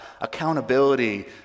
accountability